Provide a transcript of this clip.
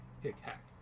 hick-hack